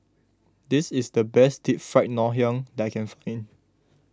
this is the best Deep Fried Ngoh Hiang that I can